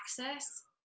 access